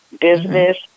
business